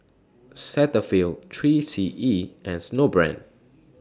Cetaphil three C E and Snowbrand